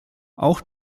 auch